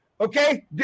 Okay